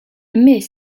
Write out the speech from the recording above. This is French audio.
mais